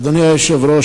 אדוני היושב-ראש,